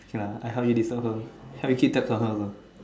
okay lah I help you reserve her help you keep tabs on her also